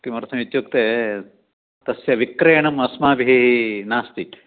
किमर्थमित्युक्ते तस्य विक्रयणम् अस्माभिः नास्ति